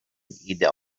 ایده